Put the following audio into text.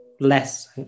less